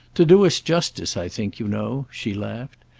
to do us justice, i think, you know, she laughed,